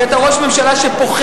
כי אתה ראש ממשלה שפוחד.